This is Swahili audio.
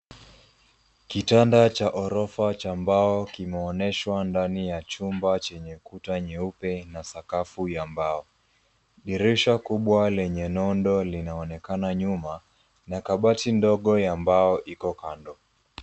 Kitanda cha ghorofa cha mbao kimeonyeshwa ndani ya chumba chenye kuta nyeupe na sakafu ya mbao. Dirisha kubwa lenye nondo linaonekana nyuma na kabati ndogo ya mbao iko kando.